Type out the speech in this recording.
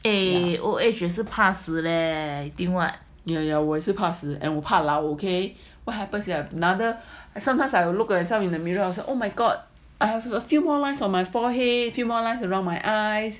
ya ya ya 我也是怕死 and 我也是怕老 okay what happens you another like sometimes I will look at yourself in the mirror I was like oh my god I have a few more lines on my forehead a few more lines around my eyes